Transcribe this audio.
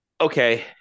okay